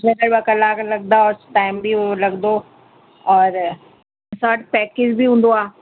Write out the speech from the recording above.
पंज छह कलाक लगंदा और टाइम बि लगंदो और असां वटि पैकेज बि हूंदो आहे